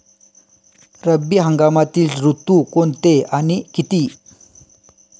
रब्बी हंगामातील ऋतू कोणते आणि किती?